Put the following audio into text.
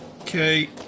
Okay